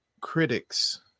critics